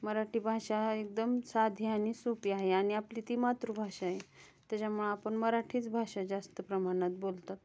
मराठी भाषा हा एकदम साधी आणि सोपी आहे आणि आपली ती मातृभाषा आहे त्याच्यामुळं आपण मराठीच भाषा जास्त प्रमाणात बोलतात